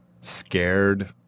Scared